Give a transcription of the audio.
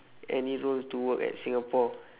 any role to work at singapore